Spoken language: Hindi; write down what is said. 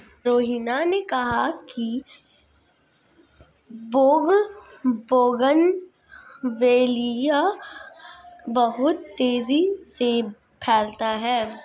रोहिनी ने कहा कि बोगनवेलिया बहुत तेजी से फैलता है